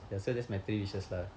ya so that's my three wishes lah